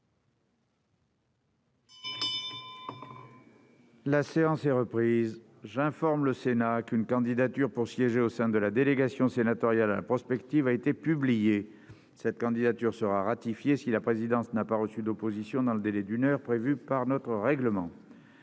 La séance est reprise. J'informe le Sénat qu'une candidature pour siéger au sein de la délégation sénatoriale à la prospective a été publiée. Cette candidature sera ratifiée si la présidence n'a pas reçu d'opposition dans le délai d'une heure prévu par notre règlement.